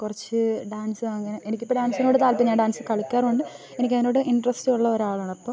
കുറച്ച് ഡാൻസ് അങ്ങനെ എനിക്കിപ്പം ഡാൻസിനോട് ഞാൻ ഡാൻസ് കളിക്കാറുണ്ട് എനിക്കതിനോട് ഇൻട്രസ്റ്റ് ഉള്ള ഒരാളാണ് അപ്പോൾ